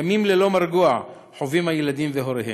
וימים ללא מרגוע חווים הילדים והוריהם.